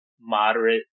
moderate